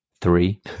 three